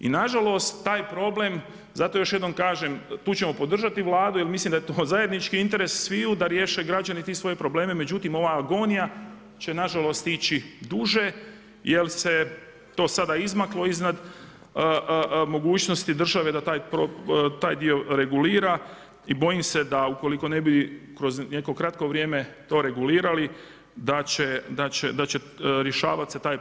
I nažalost taj problem, zato još jednom kažem, tu ćemo podržati Vladu jer mislim da je to zajednički interes sviju da riješe građeni te svoje probleme međutim ova agonija će nažalost ići duže jer se to sada izmaklo iznad mogućnosti države da taj dio regulira i bojim se da ukoliko ne bi kroz neko kratko vrijeme to regulirali, da će rješavat se taj problem desetljećima.